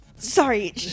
Sorry